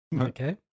Okay